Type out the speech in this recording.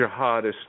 jihadist